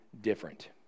different